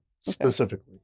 specifically